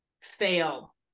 fail